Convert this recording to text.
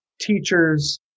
teachers